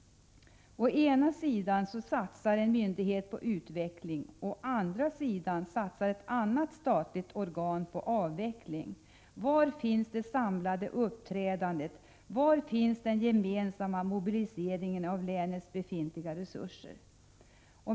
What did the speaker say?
Å ena sidan satsar en myndighet på utveckling, å andra sidan satsar ett annat statligt organ på avveckling. Var finns det samlade uppträdandet, var finns den gemensamma mobiliseringen av länets befintliga resurser?